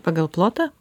pagal plotą